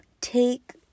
take